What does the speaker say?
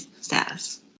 status